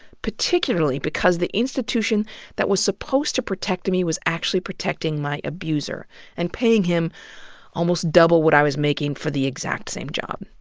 particularly because the institution that was supposed to protect me was actually protecting my abuser and paying him almost double what i was making for the exact same job.